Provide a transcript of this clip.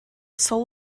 soul